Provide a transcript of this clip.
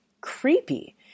Creepy